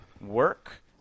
work